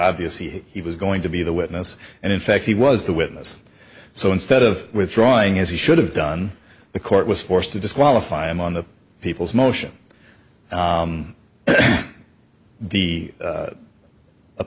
obvious he was going to be the witness and in fact he was the witness so instead of withdrawing as he should have done the court was forced to disqualify him on the people's motion the